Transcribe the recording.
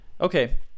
Okay